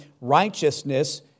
Righteousness